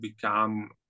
become